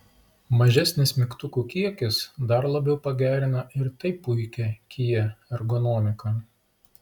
mažesnis mygtukų kiekis dar labiau pagerina ir taip puikią kia ergonomiką